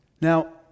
Now